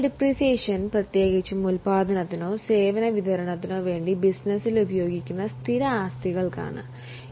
depreciation പ്രത്യേകിച്ചും ഉൽപാദനത്തിനോ സേവന വിതരണത്തിനോ വേണ്ടി ബിസിനസ്സിൽ ഉപയോഗിക്കുന്ന ഫിക്സഡ് അസ്സറ്റുകൾക്കാണ് സംഭവിക്കുന്നത്